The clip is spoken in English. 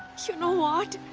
so know what,